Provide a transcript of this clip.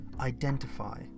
Identify